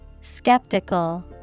Skeptical